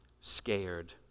scared